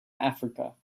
africa